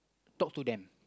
talk to them